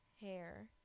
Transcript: hair